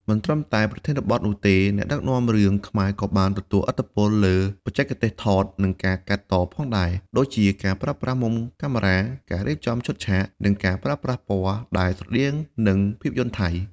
មិនត្រឹមតែប្រធានបទនោះទេ អ្នកដឹកនាំរឿងខ្មែរក៏បានទទួលឥទ្ធិពលលើ បច្ចេកទេសថត និងការកាត់ត ផងដែរ ដូចជាការប្រើប្រាស់មុំកាមេរ៉ា ការរៀបចំឈុតឆាក និងការប្រើប្រាស់ពណ៌ ដែលស្រដៀងនឹងភាពយន្តថៃ។